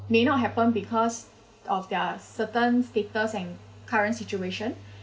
may not happen because of their certain status and current situation